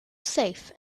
safe